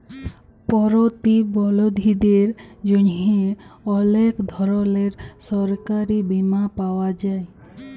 পরতিবলধীদের জ্যনহে অলেক ধরলের সরকারি বীমা পাওয়া যায়